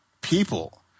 people